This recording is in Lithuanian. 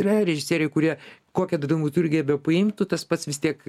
yra režisieriai kurie kokią dramaturgiją bepaimtų tas pats vis tiek